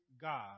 God